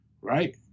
Right